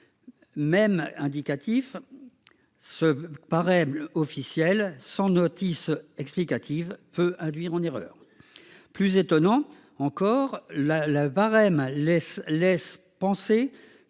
Même indicatif. Se paraît bleu officiel sans notice explicative peut induire en erreur. Plus étonnant encore la le barème laisse laisse